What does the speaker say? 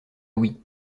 wii